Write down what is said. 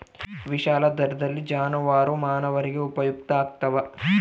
ವಿಶಾಲಾರ್ಥದಲ್ಲಿ ಜಾನುವಾರು ಮಾನವರಿಗೆ ಉಪಯುಕ್ತ ಆಗ್ತಾವ